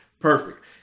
perfect